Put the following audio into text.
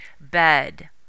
bed